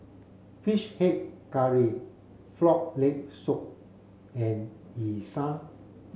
fish head curry frog leg soup and Yu Sheng